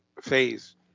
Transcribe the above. phase